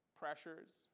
pressures